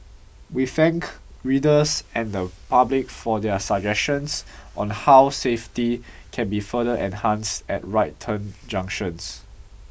we thank readers and the public for their suggestions on how safety can be further enhanced at right turn junctions